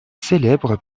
célèbre